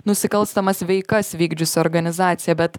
nusikalstamas veikas vykdžiusi organizacija bet